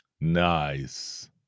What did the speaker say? Nice